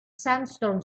sandstorm